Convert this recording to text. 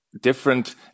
different